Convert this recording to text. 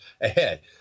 ahead